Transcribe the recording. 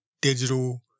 digital